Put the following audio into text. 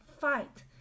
fight